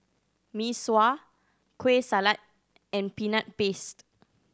Mee Sua Kueh Salat and Peanut Paste